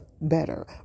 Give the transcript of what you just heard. better